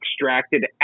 extracted